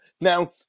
Now